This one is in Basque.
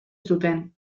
zuten